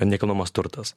nekilnojamas turtas